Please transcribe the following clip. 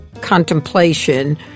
contemplation